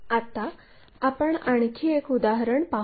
आता आपण आणखी एक उदाहरण पाहू